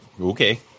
okay